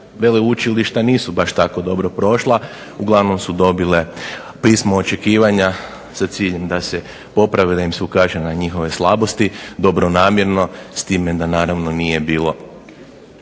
Veleučilišta nisu baš tako dobro prošla, uglavnom su dobile pismo očekivanja za cilj da se poprave i da im se ukaže na njihove slabosti dobronamjerno, s time da naravno nije bilo